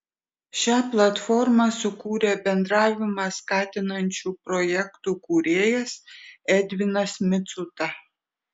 šią platformą sukūrė bendravimą skatinančių projektų kūrėjas edvinas micuta